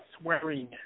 swearing